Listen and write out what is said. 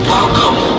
Welcome